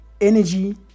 Energy